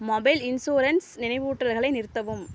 mobile insurance நினைவூட்டல்களை நிறுத்தவும்